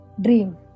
dream